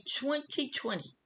2020